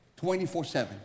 24-7